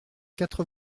quatre